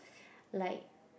like